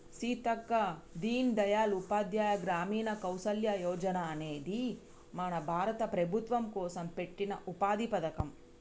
సీతక్క దీన్ దయాల్ ఉపాధ్యాయ గ్రామీణ కౌసల్య యోజన అనేది మన భారత ప్రభుత్వం కోసం పెట్టిన ఉపాధి పథకం